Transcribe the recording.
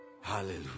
Hallelujah